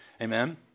amen